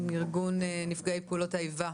מארגון נפגעי פעולות האיבה.